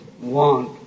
want